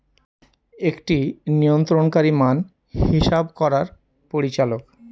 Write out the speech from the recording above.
একটি নিয়ন্ত্রণকারী মান হিসাব করার পরিচালক